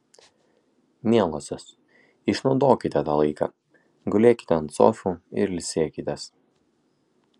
mielosios išnaudokite tą laiką gulėkite ant sofų ir ilsėkitės